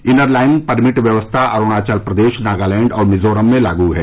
inner line permit व्यवस्था अरूणाचल प्रदेश नागालैण्ड और मिजोरम में लागू है